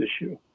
issue